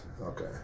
Okay